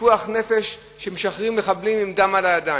פיקוח נפש, שמשחררים מחבלים עם דם על הידיים.